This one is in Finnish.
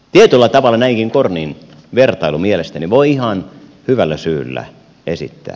tietyllä tavalla näinkin kornin vertailun mielestäni voi ihan hyvällä syyllä esittää